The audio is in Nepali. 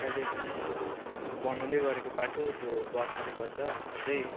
अहिले झन् बनाउँदै गरेको बाटो त्यो बर्खाले गर्दा अझै